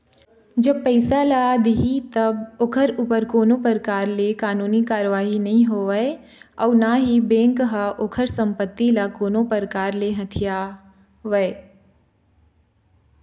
जब पइसा ल दिही तब ओखर ऊपर कोनो परकार ले कानूनी कारवाही नई होवय अउ ना ही बेंक ह ओखर संपत्ति ल कोनो परकार ले हथियावय